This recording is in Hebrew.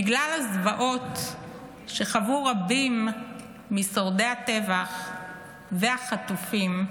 בגלל הזוועות שחוו רבים משורדי הטבח והחטופים,